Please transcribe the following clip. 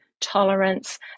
tolerance